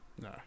No